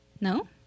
no